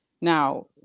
now